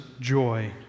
joy